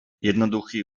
jednoduchý